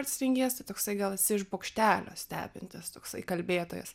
pats rengiesi toksai gal esi bokštelio stebintis toksai kalbėtojas